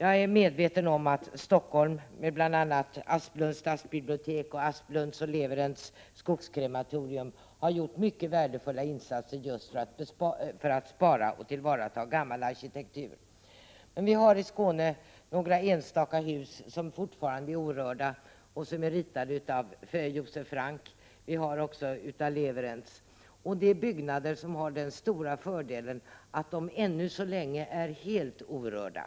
Jag är medveten om att Stockholm, med bl.a. Asplunds stadsbiblio z 4 Om behandlingen av tek och Asplunds och Lewerentz skogskrematorium, har gjort mycket riktdagsskrivelsoom värdefulla insatser just för att spara och tillvarata gammal arkitektur. bedöranderv kulvirkl Vi har i Skåne några enstaka hus, ritade av Josef Frank och även av 7: s ar Z a EE storiskt värdefull be Lewerentz och som har den stora fördelen att de ännu så länge är helt orörda.